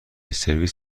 سرویس